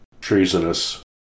treasonous